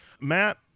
Matt